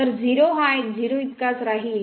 तर 0 हा 0 इतकाच राहील